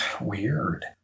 Weird